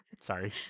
Sorry